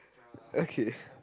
okay